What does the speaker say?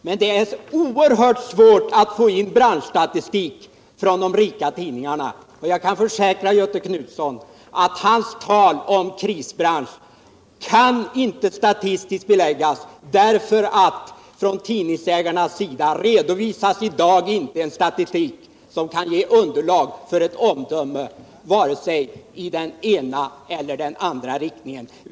Men det är oerhört svårt att få in branschstatistik från de rika tidningarna, och jag kan försäkra Göthe Knutson att hans tal om krisbransch inte kan statistiskt beläggas därför att tidningsägarna i dag inte redovisar en statistik som kan ge underlag för ett omdöme i vare sig den ena eller den andra riktningen.